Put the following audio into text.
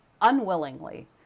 unwillingly